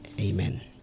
Amen